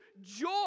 joy